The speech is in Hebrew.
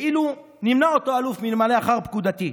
ואילו נמנע אותו אלוף מלמלא אחר פקודתי,